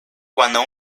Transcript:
cuando